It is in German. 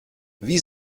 wie